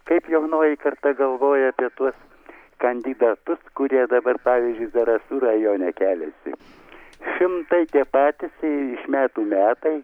kaip jaunoji karta galvoja apie tuos kandidatus kurie dabar pavyzdžiui zarasų rajone keliasi šimtai tie patys metų metai